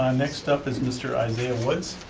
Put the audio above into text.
ah next up is mr. isaiah woods.